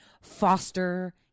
Foster